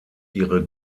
ihre